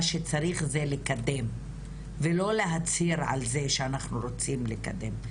שצריך זה לקדם ולא להצהיר על זה שאנחנו רוצים לקדם,